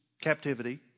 captivity